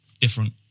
different